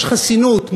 יש חסינות,